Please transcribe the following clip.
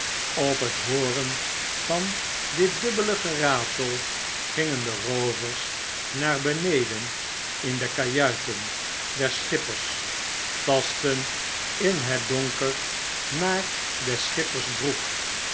op het hooren van dit dubbele geratel gingen de roovers naar beneden in de kajuiten der schippers tasten in het donker naar des schippers